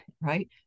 right